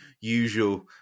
usual